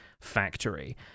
factory